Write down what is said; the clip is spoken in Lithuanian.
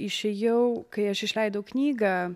išėjau kai aš išleidau knygą